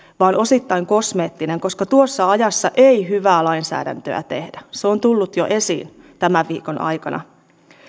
vaan osittain kosmeettinen tuossa ajassa ei hyvää lainsäädäntöä tehdä se on tullut jo esiin tämän viikon aikana